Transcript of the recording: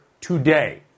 today